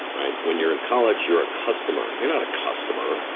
right. when you're in college, you're a customer. you're not a customer,